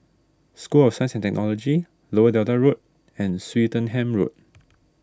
School of Science and Technology Lower Delta Road and Swettenham Road